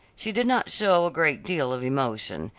she did not show a great deal of emotion.